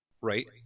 Right